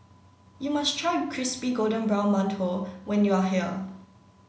you must try Crispy Golden Brown Mantou when you are here